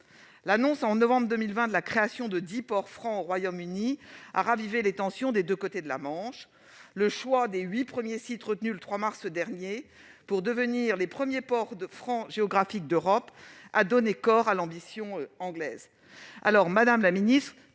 L'annonce en novembre 2020 de la création de dix ports francs au Royaume-Uni a ravivé les tensions des deux côtés de la Manche. Le choix des huit premiers sites retenus, le 3 mars dernier, pour devenir les premiers ports francs géographiques d'Europe a donné corps à l'ambition anglaise. Madame la ministre,